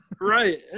right